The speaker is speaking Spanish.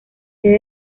sede